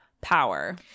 power